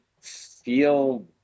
feel